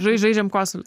žai žaidžiam su